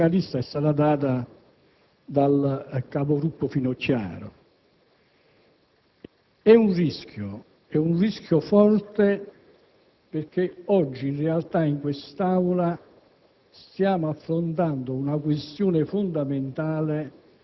atto parlamentare intriso di tentazione agitatoria o di derubricare il confronto che si svolge in Aula a livello di un contenzioso da Tribunale amministrativo regionale.